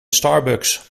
starbucks